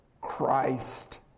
Christ